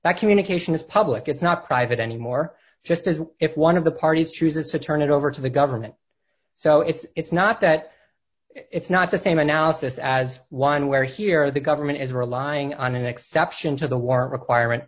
that communication is public it's not private anymore just as if one of the parties chooses to turn it over to the guy verman so it's not that it's not the same analysis as one where here the government is relying on an exception to the warrant requirement